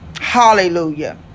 Hallelujah